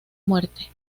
muerte